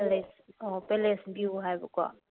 palace ꯑꯣ palace view ꯍꯥꯏꯕꯀꯣ